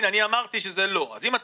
אדוני היושב-ראש,